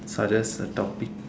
suggest a topic